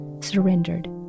surrendered